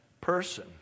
person